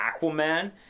aquaman